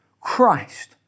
Christ